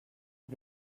die